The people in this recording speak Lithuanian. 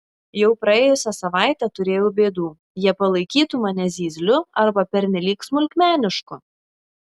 jau praėjusią savaitę turėjau bėdų jie palaikytų mane zyzliu arba pernelyg smulkmenišku